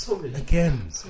again